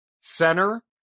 center